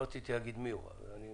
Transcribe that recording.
לא רציתי לומר מי הוא, אבל הנה, אני